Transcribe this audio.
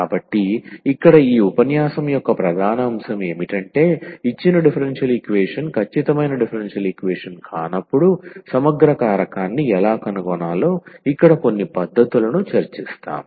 కాబట్టి ఇక్కడ ఈ ఉపన్యాసం యొక్క ప్రధాన అంశం ఏమిటంటే ఇచ్చిన డిఫరెన్షియల్ ఈక్వేషన్ ఖచ్చితమైన డిఫరెన్షియల్ ఈక్వేషన్ కానప్పుడు సమగ్ర కారకాన్ని ఎలా కనుగొనాలో ఇక్కడ కొన్ని పద్ధతులను చర్చిస్తాము